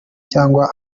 cyangwa